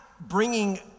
bringing